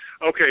Okay